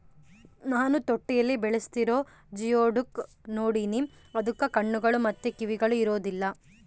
ನಾನು ತೊಟ್ಟಿಯಲ್ಲಿ ಬೆಳೆಸ್ತಿರುವ ಜಿಯೋಡುಕ್ ನೋಡಿನಿ, ಅದಕ್ಕ ಕಣ್ಣುಗಳು ಮತ್ತೆ ಕಿವಿಗಳು ಇರೊದಿಲ್ಲ